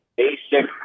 basic